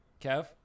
Kev